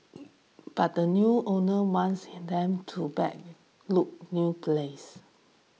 but the new owner wants he them to back look new place